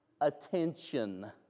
Attention